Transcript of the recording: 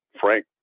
Frank